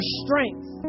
strength